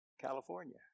California